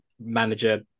manager